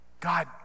God